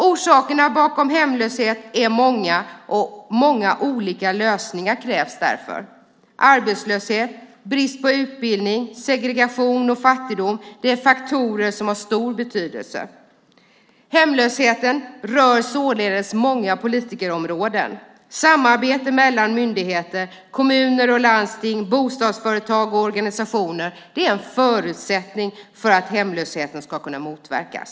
Orsakerna bakom hemlösheten är många, och därför krävs många olika lösningar. Arbetslöshet, brist på utbildning, segregation och fattigdom är faktorer som har stor betydelse. Hemlösheten rör således många politikområden. Samarbete mellan myndigheter, kommuner och landsting, bostadsföretag och organisationer är en förutsättning för att hemlösheten ska kunna motverkas.